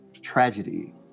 tragedy